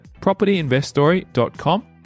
propertyinveststory.com